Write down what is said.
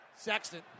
Sexton